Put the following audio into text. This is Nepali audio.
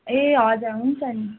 ए हजुर हुन्छ नि